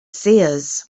seers